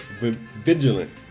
vigilant